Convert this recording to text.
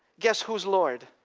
guess who's lord?